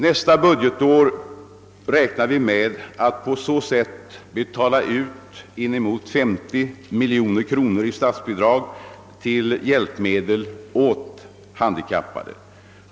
Nästa budgetår räknar vi med att på så sätt betala ut inemot 50 miljoner kronor i statsbidrag till hjälpmedel åt handikappade.